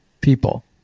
people